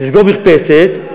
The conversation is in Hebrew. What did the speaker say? לסגור מרפסת,